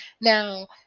Now